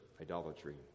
idolatry